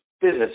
business